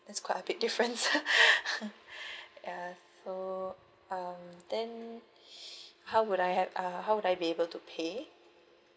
that's quite a big difference ya so um then how would I have uh how would I be able to pay